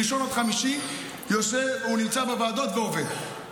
מראשון עד חמישי הוא נמצא בוועדות ועובד,